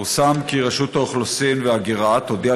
פורסם כי רשות האוכלוסין וההגירה תודיע